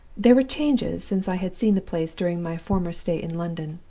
there were changes since i had seen the place during my former stay in london.